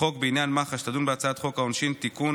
חוק בעניין מח"ש תדון בהצעת חוק העונשין (תיקון,